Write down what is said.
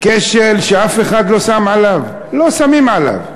כשל שאף אחד לא שם עליו, לא שמים עליו,